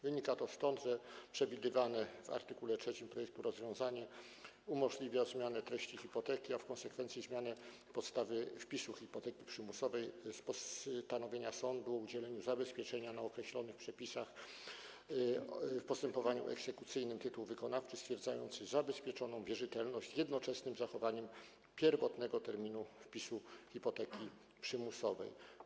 Wynika to stąd, że przewidywane w art. 3 projektu rozwiązanie umożliwia zmianę treści hipoteki, a w konsekwencji zmianę podstawy wpisu hipoteki przymusowej z postanowienia sądu o udzieleniu zabezpieczenia na określony w przepisach w postępowaniu egzekucyjnym tytuł wykonawczy stwierdzający zabezpieczoną wierzytelność z jednoczesnym zachowaniem pierwotnego terminu wpisu hipoteki przymusowej.